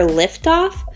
liftoff